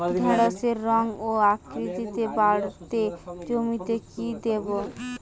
ঢেঁড়সের রং ও আকৃতিতে বাড়াতে জমিতে কি দেবো?